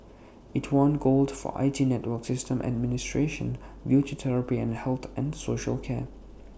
IT won gold for I T network systems administration beauty therapy and health and social care